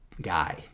guy